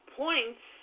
points